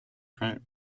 front